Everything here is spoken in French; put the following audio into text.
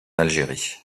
algérie